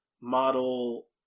model